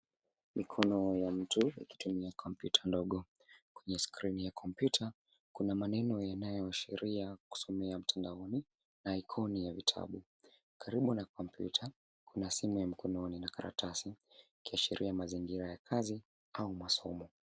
Mikono ya mtu ikitumia kompyuta ndogo, kwenye skrini ya kompyuta kuna maneno yanayooashiria kusomea mtandaoni na ikoni na vitabu. Karibu na kompyuta kuna simu ya mkononi na karatasi kuashiria mazingira ya kazi au masomo.